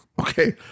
okay